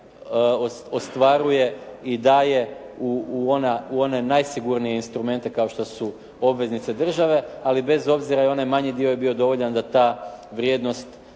ostvaruje i daje u ona, u one najsigurnije instrumente kao što su obveznice države. Ali bez obzira i onaj manji dio je bio dovoljan da ta vrijednost